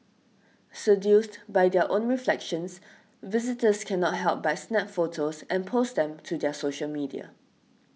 seduced by their own reflections visitors cannot help but snap photos and post them to their social media